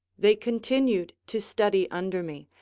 they continued to study under me,